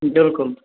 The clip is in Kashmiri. بالکُل